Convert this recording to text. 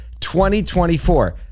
2024